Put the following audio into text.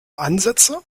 ansätze